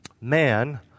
man